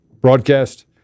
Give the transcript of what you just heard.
broadcast